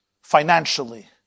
Financially